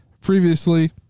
previously